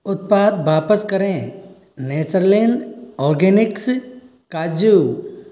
उत्पाद वापस करें नेचरलैंड ऑर्गेनिक्स काजू